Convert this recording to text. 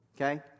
Okay